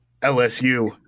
LSU